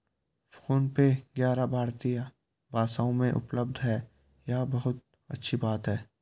phone पे ग्यारह भारतीय भाषाओं में उपलब्ध है यह बहुत अच्छी बात है